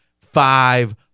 five